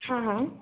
हाँ हाँ